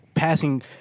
passing